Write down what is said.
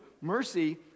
mercy